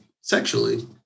sexually